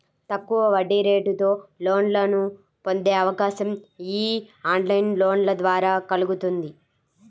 తక్కువ వడ్డీరేటుతో లోన్లను పొందే అవకాశం యీ ఆన్లైన్ లోన్ల ద్వారా కల్గుతుంది